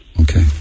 Okay